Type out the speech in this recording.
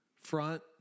front